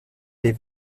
des